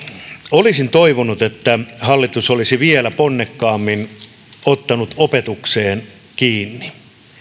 olisin toivonut että hallitus olisi vielä ponnekkaammin pitänyt opetuksesta kiinni